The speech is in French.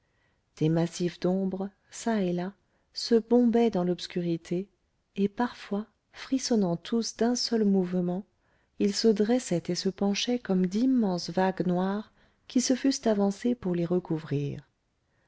des massifs d'ombre çà et là se bombaient dans l'obscurité et parfois frissonnant tous d'un seul mouvement ils se dressaient et se penchaient comme d'immenses vagues noires qui se fussent avancées pour les recouvrir